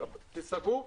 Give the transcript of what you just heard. זה סגור",